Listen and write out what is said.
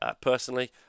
personally